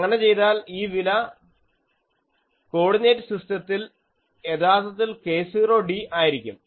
അങ്ങനെ ചെയ്താൽ ഈ വില കോഡിനേറ്റ് സിസ്റ്റത്തിൽ യഥാർത്ഥത്തിൽ k0d ആയിരിക്കും